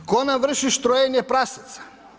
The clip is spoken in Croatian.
Tko nam vrši štrojenje prasaca?